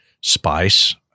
spice